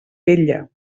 vetla